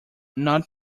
not